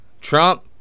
Trump